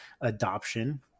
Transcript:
adoption